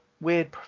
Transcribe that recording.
weird